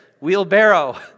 wheelbarrow